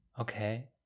Okay